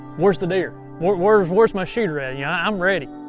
where's the deer? where's where's my shooter at? and yeah i'm ready!